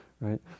right